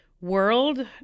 World